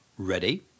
Ready